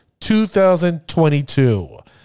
2022